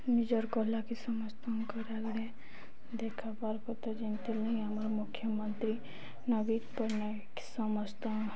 ନିଜର୍ କଲାକେ ସମସ୍ତଙ୍କର୍ ଆଗ୍ଆଡ଼େ ଦେଖାବାର୍ କଥା ଯେନ୍ଥିର ଲାଗି ଆମର୍ ମୁଖ୍ୟମନ୍ତ୍ରୀ ନବୀନ ପଟ୍ଟନାୟକ ସମସ୍ତ